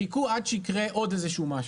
חיכו עד שיקרה עוד איזה שהוא משהו.